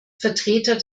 vertreter